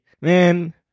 man